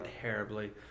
terribly